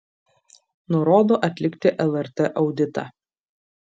nurodo atlikti lrt auditą